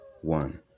one